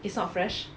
it's not fresh